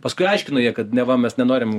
paskui aiškina jie kad neva mes nenorim